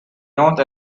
north